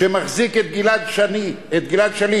שמחזיק את גלעד שליט